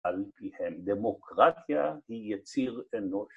‫על פיהם. דמוקרטיה היא יציר אנוש.